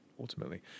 ultimately